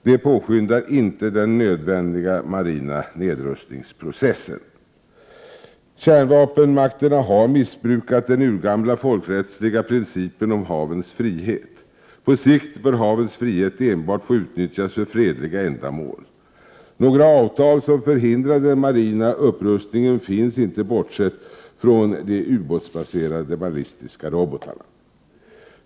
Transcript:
Det påskyndar inte den nödvändiga marina nedrustningsprocessen. Kärnvapenmakterna har missbrukat den urgamla folkrättsliga principen om havens frihet. På sikt bör havens frihet få nyttjas enbart för fredliga ändamål. Några avtal som förhindrar den marina upprustningen finns inte bortsett från de ubåtsbaserade ballistiska robotarna.